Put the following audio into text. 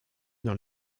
dans